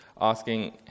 asking